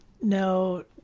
no